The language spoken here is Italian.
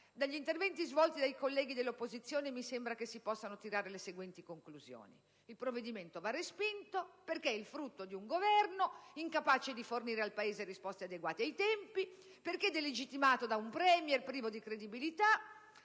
dagli interventi svolti dai colleghi dell'opposizione mi sembra che si possano tirare le seguenti conclusioni: il provvedimento va respinto perché è il frutto di un Governo incapace di fornire al Paese risposte adeguate ai tempi, perché delegittimato da un Premier privo di credibilità.